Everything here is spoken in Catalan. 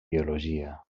biologia